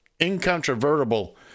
incontrovertible